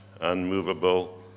unmovable